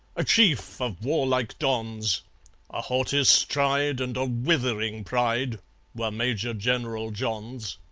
a chief of warlike dons a haughty stride and a withering pride were major-general john's.